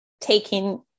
taking